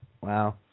Wow